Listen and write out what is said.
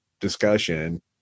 discussion